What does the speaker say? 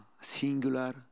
singular